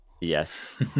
yes